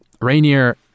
Rainier